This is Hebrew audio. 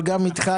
אבל גם איתך,